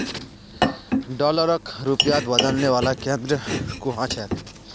डॉलरक रुपयात बदलने वाला केंद्र कुहाँ छेक